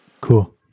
Cool